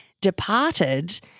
departed